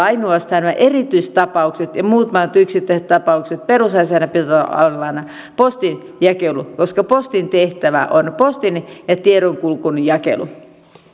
ainoastaan erityistapaukset ja muut yksittäiset tapaukset perusasiana pitää olla aina postinjakelu koska postin tehtävä on postin ja tiedonkulun jakelu